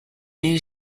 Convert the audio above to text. new